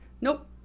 Nope